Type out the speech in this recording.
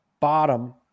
Bottom